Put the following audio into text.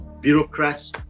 bureaucrats